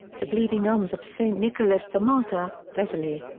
the bleeding elms of saint nicholas the martyr, thessaly.